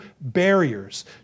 barriers